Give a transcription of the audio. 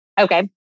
Okay